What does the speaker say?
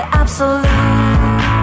absolute